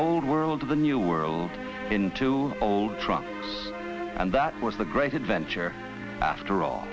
old world to the new world into old trucks and that was the great adventure after all